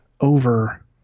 over